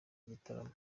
gitaramo